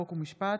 חוק ומשפט.